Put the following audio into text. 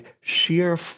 sheer